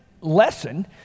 lesson